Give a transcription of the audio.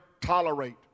tolerate